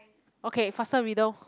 okay faster riddle